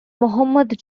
muhammad